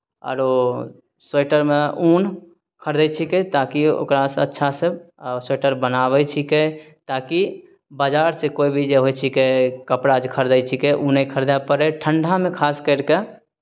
आरो स्वेटरमे ऊन खरिदै छिकै ताकि ओकरासँ अच्छासँ स्वेटर बनाबै छिकै ताकि बाजारसँ कोइ भी जे होइ छिकै कपड़ा जे खरिदै छिकै ओ नहि खरिदय पड़य ठण्ढामे खास करि कऽ